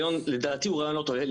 לדעתי זה רעיון לא נכון.